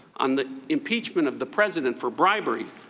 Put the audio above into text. on the impeachment of the president for bribery.